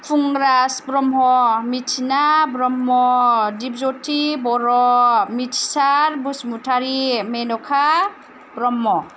Phunraj Brahma Mithina Brahma Dibjauti Boro Mithisar Basumatary Menkha Brahma